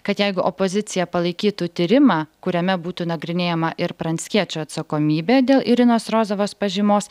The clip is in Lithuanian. kad jeigu opozicija palaikytų tyrimą kuriame būtų nagrinėjama ir pranckiečio atsakomybė dėl irinos rozovos pažymos